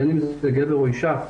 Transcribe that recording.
בין אם זה גבר או אישה,